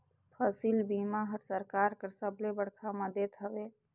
फसिल बीमा हर सरकार कर सबले बड़खा मदेत हवे